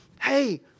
hey